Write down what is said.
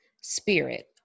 spirit